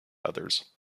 others